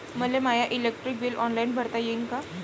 मले my electric bill online भरता येईन का?